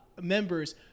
members